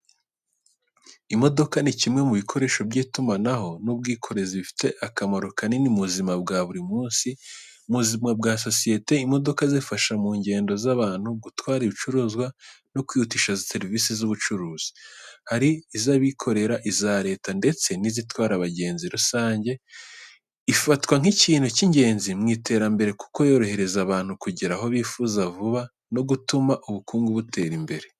Imodoka ni kimwe mu bikoresho by’itumanaho n'ubwikorezi bifite akamaro kanini mu buzima bwa buri munsi. Mu buzima bwa sosiyete, imodoka zifasha mu ngendo z’abantu, gutwara ibicuruzwa no kwihutisha serivisi z’ubucuruzi. Hari iz’abikorera, iza leta ndetse n’izitwara abagenzi rusange. Ifatwa nk’ikintu cy’ingenzi mu iterambere kuko yorohereza abantu kugera aho bifuza vuba no gutuma ubukungu butera imbere.